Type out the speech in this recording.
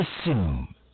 assume